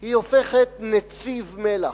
היא הופכת נציב מלח.